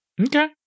Okay